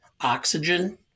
oxygen